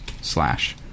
slash